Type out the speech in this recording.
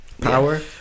Power